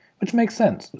which makes sense,